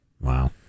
wow